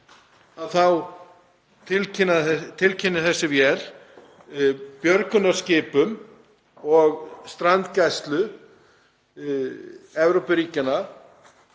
þá tilkynnir þessi vél björgunarskipum og strandgæslu Evrópuríkjanna